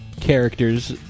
characters